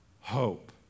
hope